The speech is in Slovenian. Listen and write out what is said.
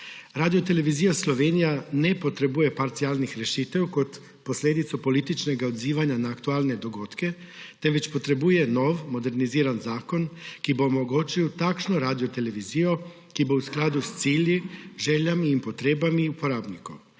Radiotelevizija Slovenija ne potrebuje parcialnih rešitev kot posledico političnega odzivanja na aktualne dogodke, temveč potrebuje nov moderniziran zakon, ki bo omogočil takšno radiotelevizijo, ki bo v skladu s cilji, željami in potrebami uporabnikov.